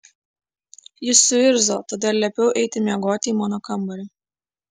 jis suirzo todėl liepiau eiti miegoti į mano kambarį